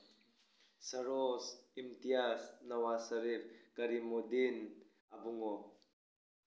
Saroj Imtihaj Nawasharif Karimuddin Abungo